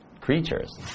creatures